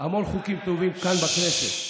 המון חוקים טובים כאן בכנסת.